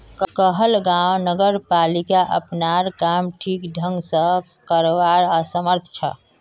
कहलगांव नगरपालिका अपनार काम ठीक ढंग स करवात असमर्थ छ